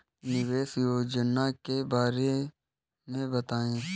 निवेश योजना के बारे में बताएँ?